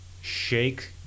Shake